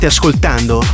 ascoltando